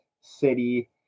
city